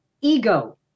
ego